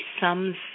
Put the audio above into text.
sums